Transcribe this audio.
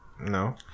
No